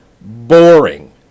boring